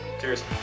Cheers